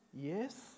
Yes